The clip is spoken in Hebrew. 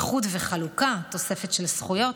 איחוד וחלוקה ותוספת של זכויות,